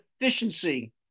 efficiency